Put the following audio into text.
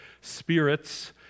spirits